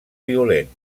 violent